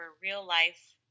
real-life